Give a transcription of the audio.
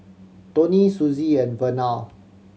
Toni Susie and Vernal